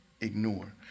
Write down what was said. ignore